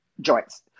joints